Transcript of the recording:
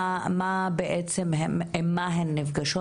עם מה הן נפגשות.